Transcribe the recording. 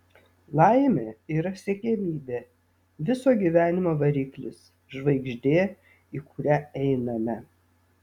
laimė yra siekiamybė viso gyvenimo variklis žvaigždė į kurią einame